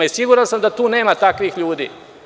Siguran sam da tu nema takvih ljudi.